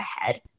ahead